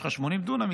יש לך 80 דונם,